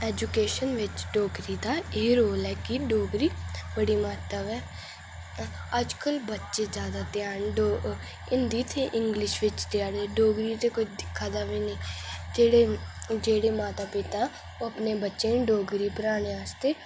education बिच डोगरी दा एह् रोल है कि डोगरी बड़ा म्हत्तव ऐ अजकल बच्चे ज्यादातर हिंदी ते इंगलिश बिच त्यारी करदे डोगरी गी कोई दिक्खा दा बी नेईं जेहड़े माता पिता ओह् अपने बच्चें गी डोगरी पढ़ाने आस्तै